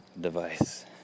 device